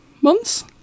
months